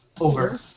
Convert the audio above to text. Over